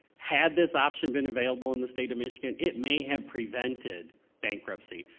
had this option been available in the state of michigan, it may have prevented bankruptcy.